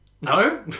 No